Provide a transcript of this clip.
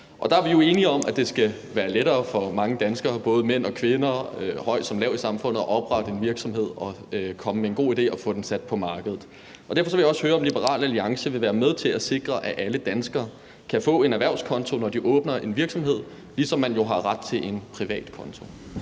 Der er vi jo enige om, at det skal være lettere for mange danskere, både mænd og kvinder, høj såvel som lav i samfundet at oprette en virksomhed, komme med en god idé og få den sat på markedet. Derfor vil jeg også høre, om Liberal Alliance vil være med til at sikre, at alle danskere kan få en erhvervskonto, når de åbner en virksomhed, ligesom man jo har ret til en privat konto.